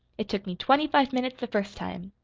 it took me twenty-five minutes the first time.